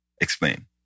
explain